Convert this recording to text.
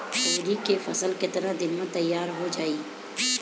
तोरी के फसल केतना दिन में तैयार हो जाई?